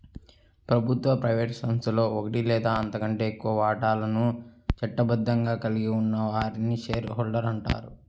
ప్రభుత్వ, ప్రైవేట్ సంస్థలో ఒకటి లేదా అంతకంటే ఎక్కువ వాటాలను చట్టబద్ధంగా కలిగి ఉన్న వారిని షేర్ హోల్డర్ అంటారు